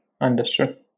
understood